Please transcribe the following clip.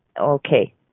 okay